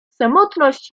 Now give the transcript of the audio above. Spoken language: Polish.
samotność